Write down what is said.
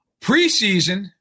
Preseason